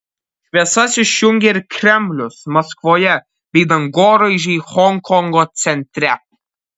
šviesas išjungė ir kremlius maskvoje bei dangoraižiai honkongo centre